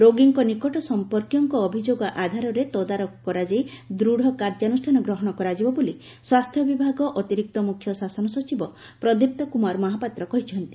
ରୋଗୀଙ୍କ ନିକଟ ସମ୍ପର୍କୀୟଙ୍କ ଅଭିଯୋଗ ଆଧାରରେ ତଦାରଖ କରାଯାଇ ଦୂଢ଼ କାର୍ଯ୍ୟାନୁଷ୍ଠାନ ଗ୍ରହଶ କରାଯିବ ବୋଲି ସ୍ୱାସ୍ଚ୍ୟବିଭାଗ ଅତିରିକ୍ତ ମୁଖ୍ୟ ଶାସନ ସଚିବ ପ୍ରଦୀପ୍ତ କୁମାର ମହାପାତ୍ର କହିଛନ୍ତି